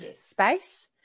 space